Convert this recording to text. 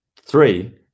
three